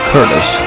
Curtis